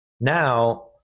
now